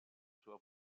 sua